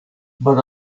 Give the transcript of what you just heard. but